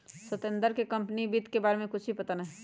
सत्येंद्र के कंपनी वित्त के बारे में कुछ भी पता ना हई